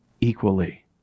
equally